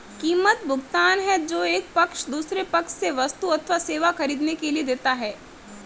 कीमत, भुगतान है जो एक पक्ष दूसरे पक्ष से वस्तु अथवा सेवा ख़रीदने के लिए देता है